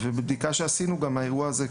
מבדיקה שעשינו האירוע הזה,